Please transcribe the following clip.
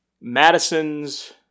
Madison's